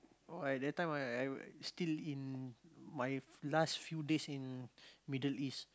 oh that time I I still in my last few days in Middle-East